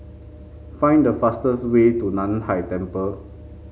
find the fastest way to Nan Hai Temple